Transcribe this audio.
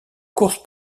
course